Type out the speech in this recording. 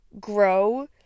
grow